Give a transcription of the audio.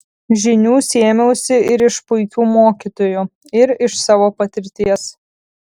žinių sėmiausi ir iš puikių mokytojų ir iš savo patirties